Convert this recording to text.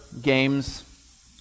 games